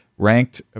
Ranked